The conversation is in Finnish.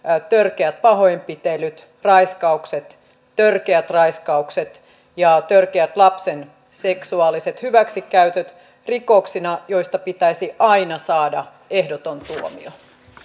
törkeät pahoinpitelyt raiskaukset törkeät raiskaukset ja törkeät lapsen seksuaaliset hyväksikäytöt rikoksina joista pitäisi aina saada ehdoton tuomio